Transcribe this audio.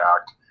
Act